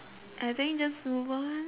I think just move on